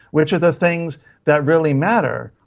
which are the things that really matter,